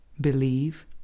believe